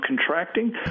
contracting